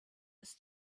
ist